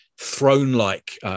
throne-like